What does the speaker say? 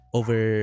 over